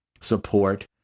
support